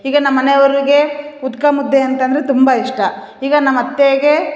ಈಗ ನಮ್ಮ ಮನೆ ಅವ್ರಿಗೆ ಉದುಕ ಮುದ್ದೆ ಅಂತಂದರೆ ತುಂಬ ಇಷ್ಟ ಈಗ ನಮ್ಮ ಅತ್ತೆಗೆ